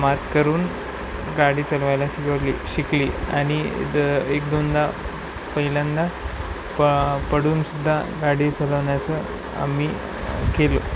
मात करून गाडी चालवायला शिकवली शिकली आणि द एक दोनदा पहिल्यांदा पा पडूनसुद्धा गाडी चालवण्याचं आम्ही केलो